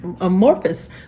amorphous